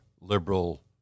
Liberal